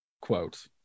quote